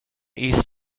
east